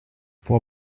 può